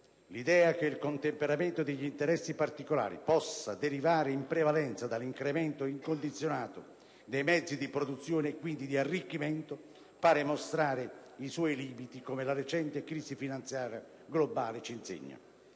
L'idea che il contemperamento degli interessi particolari possa derivare in prevalenza dall'incremento incondizionato dei mezzi di produzione, e quindi di arricchimento, pare mostrare i suoi limiti, come la recente crisi finanziaria globale ci insegna.